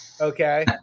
Okay